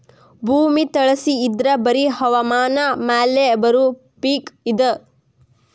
ಭೂಮಿ ತಳಸಿ ಇದ್ರ ಬರಿ ಹವಾಮಾನ ಮ್ಯಾಲ ಬರು ಪಿಕ್ ಇದ